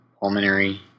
pulmonary